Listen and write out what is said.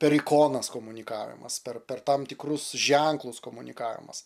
per ikonas komunikavimas per per tam tikrus ženklus komunikavimas